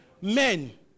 men